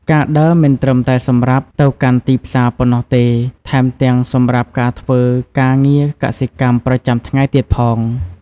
ការដើរមិនត្រឹមតែសម្រាប់ទៅកាន់ទីផ្សារប៉ុណ្ណោះទេ ថែមទាំងសម្រាប់ការធ្វើការងារកសិកម្មប្រចាំថ្ងៃទៀតផង។